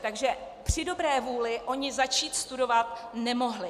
Takže při dobré vůli oni začít studovat nemohli.